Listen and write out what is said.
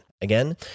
Again